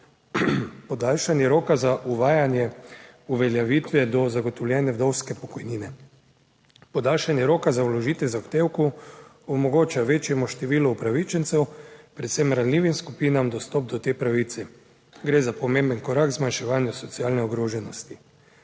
Podaljšanje roka za uvajanje uveljavitve do zagotovljene vdovske pokojnine. Podaljšanje roka za vložitev zahtevkov omogoča večjemu številu upravičencev, predvsem ranljivim skupinam dostop do te pravice, gre za pomemben korak k zmanjševanju socialne ogroženosti.